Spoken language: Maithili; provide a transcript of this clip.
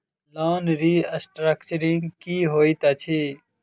लोन रीस्ट्रक्चरिंग की होइत अछि?